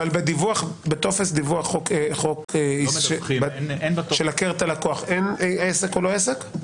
אבל בטופס דיווח של הכר את הלקוח אין עסק או לא עסק?